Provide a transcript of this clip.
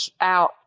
out